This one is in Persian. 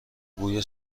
بوی